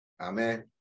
Amen